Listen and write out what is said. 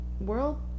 World